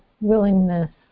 willingness